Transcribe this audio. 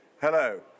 Hello